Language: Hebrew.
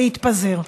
להתפזר.